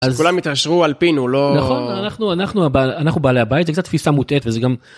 ‫שכולם יתעשרו על פינו, לא... ‫-נכון, אנחנו בעלי הבית, ‫זה קצת תפיסה מוטעת וזה גם...